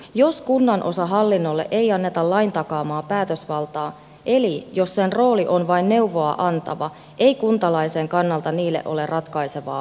jos kunnanosahallinnolle ei anneta lain takaamaa päätösvaltaa eli jos sen rooli on vain neuvoa antava ei kuntalaisen kannalta sillä ole ratkaisevaa vaikutusmahdollisuutta